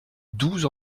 douze